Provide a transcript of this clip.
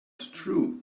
true